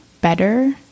better